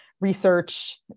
research